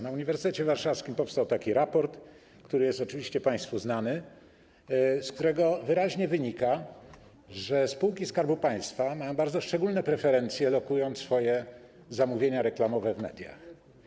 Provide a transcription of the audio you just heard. Na Uniwersytecie Warszawskim powstał taki raport, który jest oczywiście państwu znany, z którego wyraźnie wynika, że spółki Skarbu Państwa mają bardzo szczególne preferencje, lokując swoje zamówienia reklamowe w mediach.